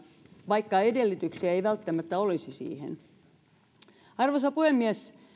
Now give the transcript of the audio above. vaikka edellytyksiä siihen ei välttämättä olisi arvoisa puhemies